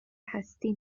هستی